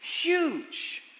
huge